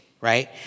right